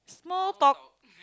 small talk